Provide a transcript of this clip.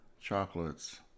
chocolates